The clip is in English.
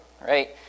Right